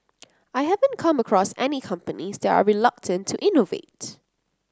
I haven't come across any companies that are reluctant to innovate